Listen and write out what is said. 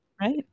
right